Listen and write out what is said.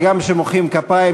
וגם כאשר מוחאים כפיים,